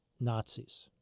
Nazis